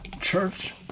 church